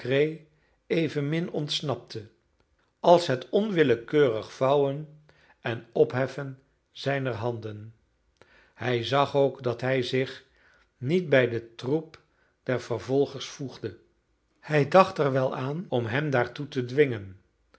evenmin ontsnapte als het onwillekeurig vouwen en opheffen zijner handen hij zag ook dat hij zich niet bij den troep der vervolgers voegde hij dacht er wel aan om hem daartoe te dwingen